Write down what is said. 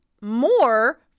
more